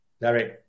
direct